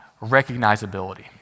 recognizability